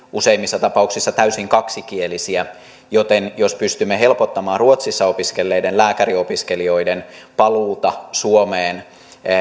useimmissa tapauksissa täysin kaksikielisiä joten jos pystymme helpottamaan ruotsissa opiskelleiden lääkäriopiskelijoiden paluuta suomeen